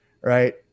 right